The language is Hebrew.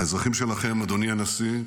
האזרחים שלכם, אדוני הנשיא,